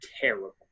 terrible